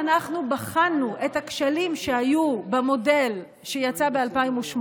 אנחנו בחנו את הכשלים שהיו במודל שיצא ב-2018,